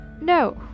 no